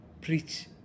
Preach